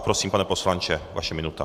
Prosím, pane poslanče, vaše minuta.